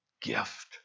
gift